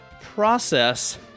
process